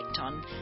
on